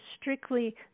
strictly